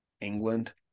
England